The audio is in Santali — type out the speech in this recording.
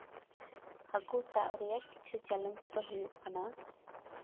ᱦᱟᱹᱠᱩ ᱥᱟᱵ ᱨᱮᱭᱟᱜ ᱠᱤᱪᱷᱩ ᱪᱮᱞᱮᱧᱡᱽ ᱫᱚ ᱦᱩᱭᱩᱜ ᱠᱟᱱᱟ